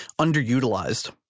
underutilized